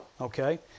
Okay